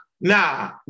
nah